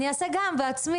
אני אעשה גם בעצמי,